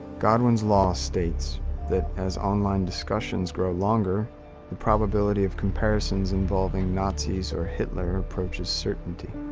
godwin's law states that as online discussions grow longer the probability of comparisons involving nazis or hitler approaches certainty.